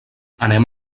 anem